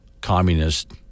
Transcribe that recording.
communist